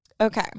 Okay